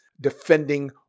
defending